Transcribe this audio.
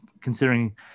considering